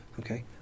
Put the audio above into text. Okay